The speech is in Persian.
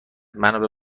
منو